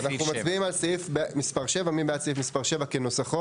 מצביעים על סעיף מספר 7. מי בעד סעיף מספר 7 כנוסחו?